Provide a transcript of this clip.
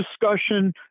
discussion